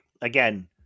again